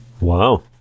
Wow